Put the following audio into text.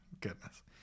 goodness